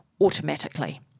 automatically